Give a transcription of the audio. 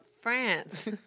France